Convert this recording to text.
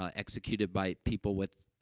ah executed by people with, ah,